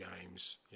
games